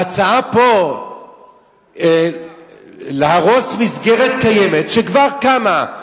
ההצעה פה להרוס מסגרת קיימת, שכבר קמה,